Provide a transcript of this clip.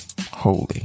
holy